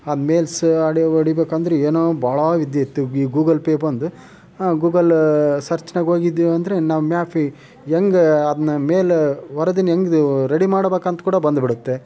ಅದು mails audio ಇಡಬೇಕಂದ್ರೆ ಏನೋ ಭಾಳ ವಿದ್ಯೆ ಇತ್ತು ಈಗ ಗೂಗಲ್ ಪೇ ಬಂದು ಆ ಗೂಗಲ್ ಸರ್ಚ್ದಾಗೆ ಹೋಗಿದ್ದೇವಂದ್ರೆ ನಾವು ಮ್ಯಾಪಿ ಹೆಂಗೆ ಅದ್ನು ಮೇಲ ವರದಿನ ಹೆಂಗೆ ನೀವು ರೆಡಿ ಮಾಡಬೇಕುಂತ ಕೂಡ ಬಂದ್ಬಿಡುತ್ತೆ